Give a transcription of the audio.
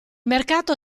mercato